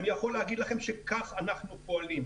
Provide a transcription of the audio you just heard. אני יכול לומר לכם שכך אנחנו פועלים.